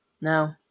No